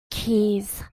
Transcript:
keys